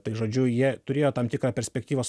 tai žodžiu jie turėjo tam tikrą perspektyvos